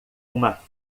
uma